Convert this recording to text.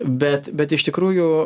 bet bet iš tikrųjų